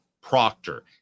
Proctor